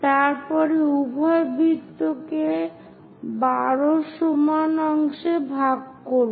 তারপরে উভয় বৃত্তকে 12 সমান অংশে ভাগ করুন